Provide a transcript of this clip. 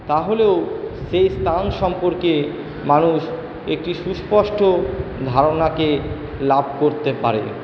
তাহলেও সে স্থান সম্পর্কে মানুষ একটি সুস্পষ্ট ধারণাকে লাভ করতে পারে